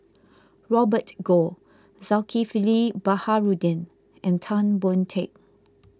Robert Goh Zulkifli Baharudin and Tan Boon Teik